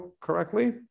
correctly